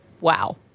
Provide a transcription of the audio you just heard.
Wow